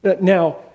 Now